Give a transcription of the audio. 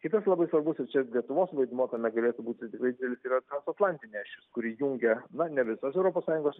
kitas labai svarbus ir čia lietuvos vaidmuo tame galėtų būti tikrai didelis yra transatlantinė ašis kuri jungia na ne visas europos sąjungos